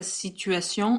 situation